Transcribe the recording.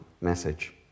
message